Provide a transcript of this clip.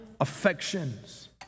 affections